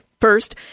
First